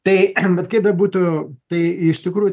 tai bet kaip bebūtų tai iš tikrųjų